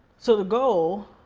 so the goal,